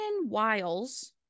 wiles